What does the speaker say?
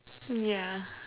yeah